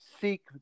seek